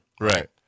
right